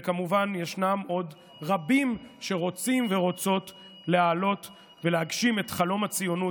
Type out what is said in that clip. וכמובן ישנם עוד רבים שרוצים ורוצות לעלות ולהגשים את חלום הציונות,